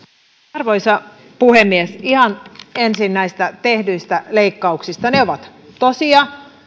arvoisa puhemies ihan ensin näistä tehdyistä leikkauksista ne ovat tosia